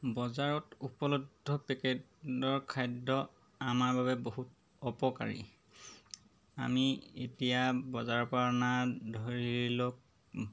বজাৰত উপলব্ধ পেকেটৰ খাদ্য আমাৰ বাবে বহুত অপকাৰী আমি এতিয়া বজাৰৰ পৰা অনা ধৰি লওক